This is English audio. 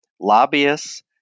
lobbyists